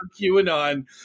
QAnon